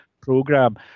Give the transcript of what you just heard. program